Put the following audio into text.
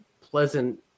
pleasant